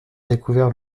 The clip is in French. découvert